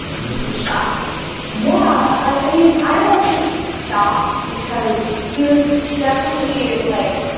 and this was a shock yeah, i mean, i wasn't shocked because he was definitely, like,